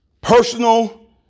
personal